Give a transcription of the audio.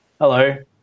Hello